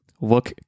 look